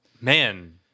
Man